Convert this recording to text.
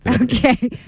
Okay